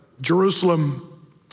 Jerusalem